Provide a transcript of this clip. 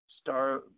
star